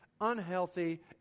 unhealthy